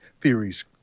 theories